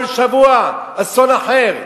כל שבוע אסון אחר.